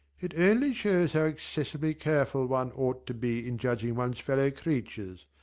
it only shows how excessively careful one ought to be in judging one's fellow creatures.